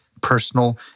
personal